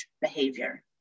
behavior